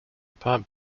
pub